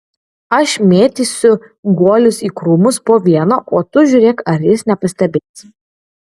aš mėtysiu guolius į krūmus po vieną o tu žiūrėk ar jis nepastebės